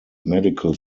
medical